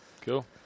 Cool